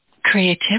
Creativity